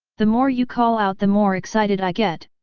the more you call out the more excited i get,